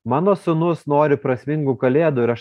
mano sūnus nori prasmingų kalėdų ir aš